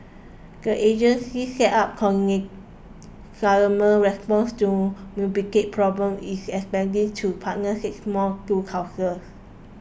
the agency set up coordinate government responses to municipal problems is expanding to partner six more Town Councils